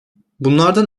bunlardan